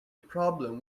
problem